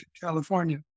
California